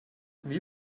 wie